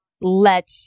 let